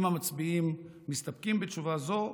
אם המצביעים לא מסתפקים בתשובה זו,